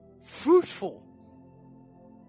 Fruitful